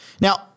Now